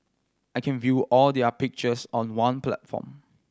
I can view all their pictures on one platform